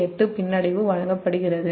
8 பின்னடைவு வழங்கப்படுகிறது